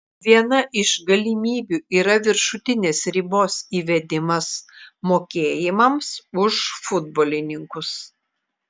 viena iš galimybių yra viršutinės ribos įvedimas mokėjimams už futbolininkus